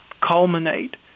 culminate